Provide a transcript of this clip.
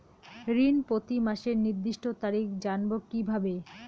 ঋণ প্রতিমাসের নির্দিষ্ট তারিখ জানবো কিভাবে?